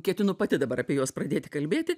ketinu pati dabar apie juos pradėti kalbėti